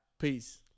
Peace